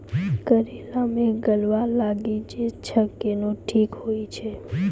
करेला मे गलवा लागी जे छ कैनो ठीक हुई छै?